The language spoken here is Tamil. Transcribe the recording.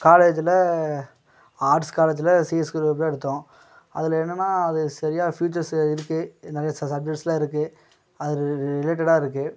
காலேஜுயில் ஆர்ட்ஸ் காலேஜுயில் சிஎஸ் குரூப் தான் எடுத்தோம் அதில் என்னென்னா அது சரியா ஃப்யூச்சர்ஸு இருக்குது நிறைய சப்ஜெக்ட்ஸ்லாம் இருக்குது அது ரிலேட்டடாக இருக்குது